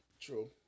True